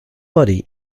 body